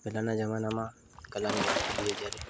પહેલાંના જમાનામાં કલાની વાત કરીએ જ્યારે